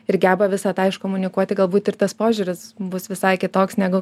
ir geba visą tai iškomunikuoti galbūt ir tas požiūris bus visai kitoks negu